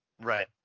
Right